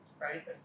right